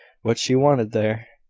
what she wanted there?